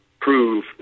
prove